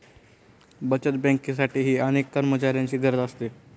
बचत बँकेसाठीही अनेक कर्मचाऱ्यांची गरज असते